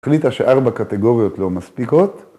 החליטה שארבע קטגוריות לא מספיקות.